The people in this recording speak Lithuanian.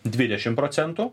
dvidešim procentų